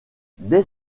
dès